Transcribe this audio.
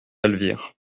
elvire